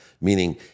meaning